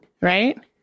right